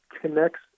connects